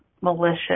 malicious